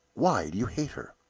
why do you hate her?